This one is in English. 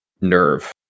nerve